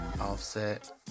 Offset